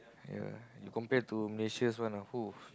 ya you compare to Malaysia's one ah !whoo!